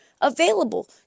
available